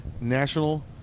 National